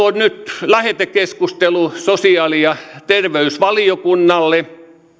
on nyt lähetekeskustelu sosiaali ja terveysvaliokunnalle